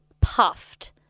puffed